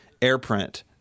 AirPrint